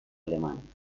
alemán